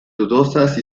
dudosas